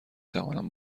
توانم